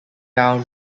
down